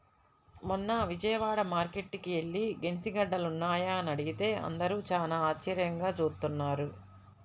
మొన్న విజయవాడ మార్కేట్టుకి యెల్లి గెనిసిగెడ్డలున్నాయా అని అడిగితే అందరూ చానా ఆశ్చర్యంగా జూత్తన్నారు